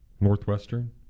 Northwestern